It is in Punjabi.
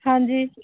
ਹਾਂਜੀ